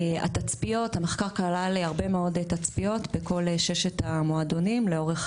המחקר כלל הרבה מאוד תצפיות בכל ששת המועדונים לאורך